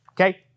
okay